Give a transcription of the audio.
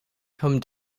come